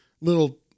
little